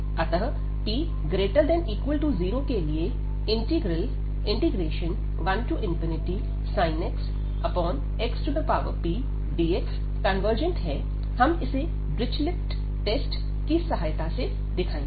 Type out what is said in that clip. अतः p≥0 के लिए integral 1sin x xpdx convergent है हम इसे डिरिचलेट टेस्ट की सहायता से दिखाएंगे